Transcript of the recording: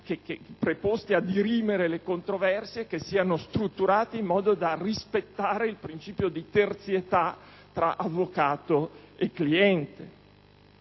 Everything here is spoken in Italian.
preposti a dirimere le controversie strutturati in modo da rispettare il principio di terzietà tra avvocato e cliente.